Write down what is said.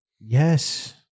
Yes